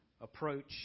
approach